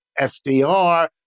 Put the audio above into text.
FDR